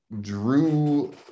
drew